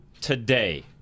today